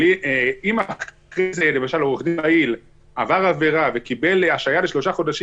אבל אם עורך דין פעיל עבר עבירה וקיבל השעיה לשלושה חודשים